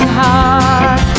heart